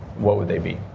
what would they be?